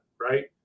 right